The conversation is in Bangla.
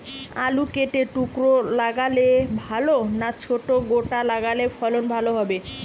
আলু কেটে টুকরো লাগালে ভাল না ছোট গোটা লাগালে ফলন ভালো হবে?